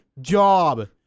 job